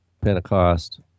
Pentecost